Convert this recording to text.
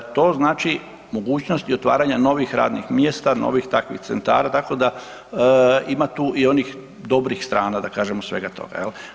To znači mogućnost i otvaranja novih radnih mjesta, novih takvih centara, tako da ima tu i onih dobrih strana, da kažem svega toga, jel.